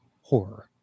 Horror